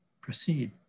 proceed